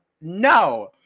No